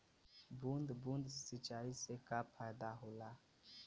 बूंद बूंद सिंचाई से का फायदा होला?